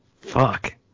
Fuck